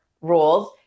rules